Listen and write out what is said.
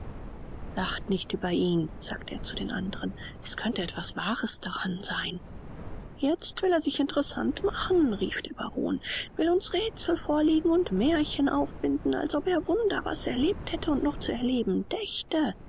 lacht nicht über ihn sagte er zu den andern es könnte etwas wahres daran sein jetzt will er sich interessant machen rief der baron will uns räthsel vorlegen und märchen aufbinden als ob er wunder was erlebt hätte und noch zu erleben dächte